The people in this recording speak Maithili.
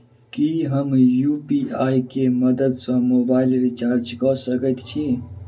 की हम यु.पी.आई केँ मदद सँ मोबाइल रीचार्ज कऽ सकैत छी?